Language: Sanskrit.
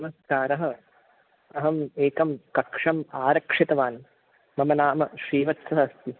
नमस्कारः अहम् एकं कक्षं आरक्षितवान् मम नाम श्रीवत्सः अस्ति